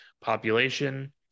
population